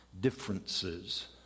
differences